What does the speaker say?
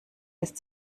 ist